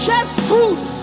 Jesus